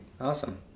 Awesome